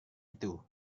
itu